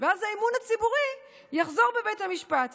ואז האמון הציבורי בבית המשפט יחזור.